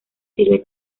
sirve